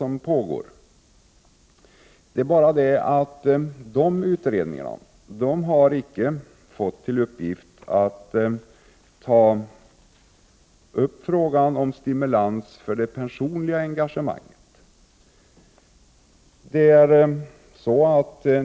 Men utredningen har inte fått till uppgift att ta upp frågan om stimulans till personligt engagemang.